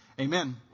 Amen